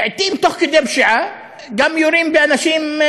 לעתים תוך כדי פשיעה גם יורים באנשים,